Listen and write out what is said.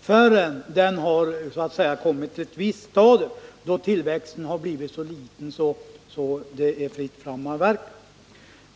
förrän skogsbeständet nått ett visst stadium. Det är alltså först när tillväxten blivit liten som det är fritt fram att avverka.